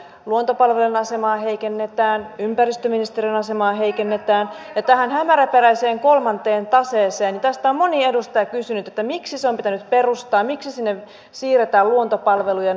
luontopalvelujen asemaa heikennetään ympäristöministeriön asemaa heikennetään ja tästä hämäräperäisestä kolmannesta taseesta on moni edustaja kysynyt että miksi se on pitänyt perustaa miksi sinne siirretään luontopalvelujen maita